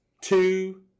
two